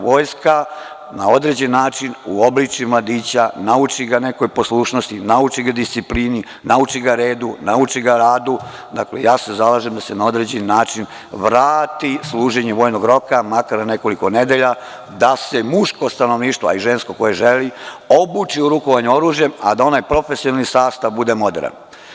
Vojska na određen način uobliči mladića, nauči ga nekoj poslušnosti, nauči ga disciplini, nauči ga redu, nauči ga radu, dakle ja se zalažem da se na određen način vrati služenje vojnog roka, makar na nekoliko nedelja, da se muško stanovništvo, a i žensko koje želi, obuči u rukovanjem oružjem, a da onaj profesionalni sastav bude moderan.